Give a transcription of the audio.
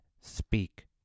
speak